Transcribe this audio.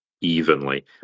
evenly